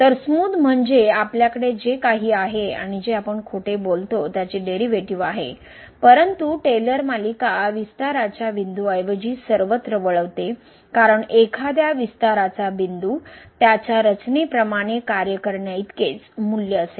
तर स्मूद म्हणजे आपल्याकडे जे काही आहे किंवा जे आपण खोटे बोलतो त्याची डेरीवेटीव आहे परंतु टेलर मालिका विस्ताराच्या बिंदूऐवजी सर्वत्र वळवते कारण एखाद्या विस्ताराचा बिंदू त्याच्या रचने प्रमाणे कार्य करण्याइतकेच मूल्य असेल